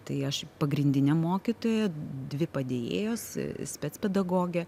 tai aš pagrindinė mokytoja dvi padėjėjos spec pedagogė